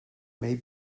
may